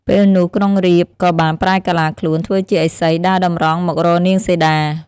ពេលនោះក្រុងរាពណ៍ក៏បានប្រែកាឡាខ្លួនធ្វើជាឥសីដើរតម្រង់មករកនាងសីតា។